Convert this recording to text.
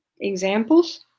examples